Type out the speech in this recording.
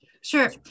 Sure